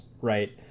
right